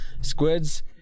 Squids